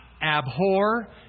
abhor